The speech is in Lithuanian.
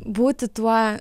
būti tuo